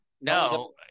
No